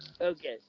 Okay